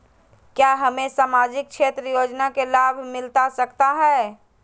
क्या हमें सामाजिक क्षेत्र योजना के लाभ मिलता सकता है?